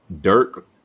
Dirk